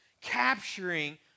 capturing